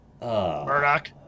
Murdoch